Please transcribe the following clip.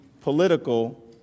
political